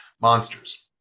monsters